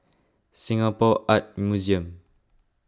Singapore Art Museum